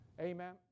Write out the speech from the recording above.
Amen